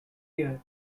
year